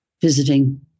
visiting